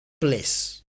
bliss